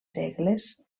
segles